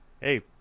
hey